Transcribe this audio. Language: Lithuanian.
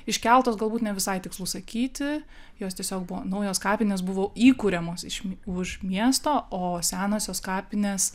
iškeltos galbūt ne visai tikslu sakyti jos tiesiog buvo naujos kapinės buvo įkuriamos iš už miesto o senosios kapinės